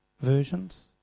versions